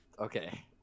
Okay